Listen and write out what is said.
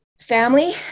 Family